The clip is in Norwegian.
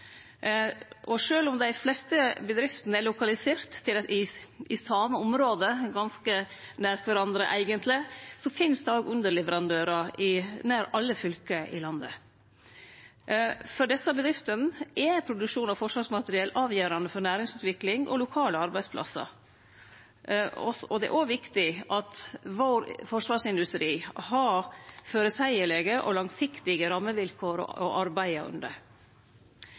om dei fleste bedriftene er lokaliserte i det same området, eigentleg ganske nær kvarandre, finst det òg underleverandørar i nær alle fylka i landet. For desse bedriftene er produksjon av forsvarsmateriell avgjerande for næringsutvikling og lokale arbeidsplassar. Det er òg viktig at forsvarsindustrien vår har føreseielege og langsiktige rammevilkår å arbeide under.